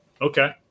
Okay